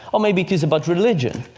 or maybe it's about religion.